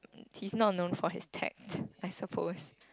he's not known for his tact I suppose